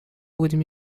будем